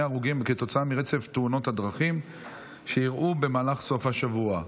הרוגים כתוצאה מרצף תאונות דרכים שאירעו במהלך סוף השבוע.